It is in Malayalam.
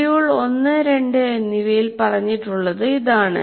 മൊഡ്യൂൾ 1 2 എന്നിവയിൽ പറഞ്ഞിട്ടുള്ളത് ഇതാണ്